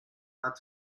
hat